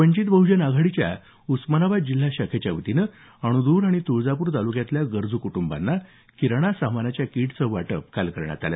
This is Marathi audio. वंचित बहुजन आघाडीच्या उस्मानाबाद जिल्हा शाखेच्या वतीनं अणद्र आणि तुळजापूर तालुक्यातल्या गरजू कुटुंबांना किराणा सामानाच्या किटचं वाटप करण्यात आलं